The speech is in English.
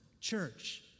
church